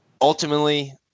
ultimately